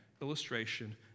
illustration